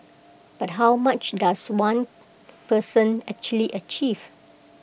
but how much does one person actually achieve